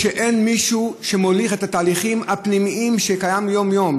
שאין מישהו שמוליך את התהליכים הפנימיים שקיימים יום-יום.